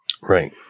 Right